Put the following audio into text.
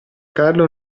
carlo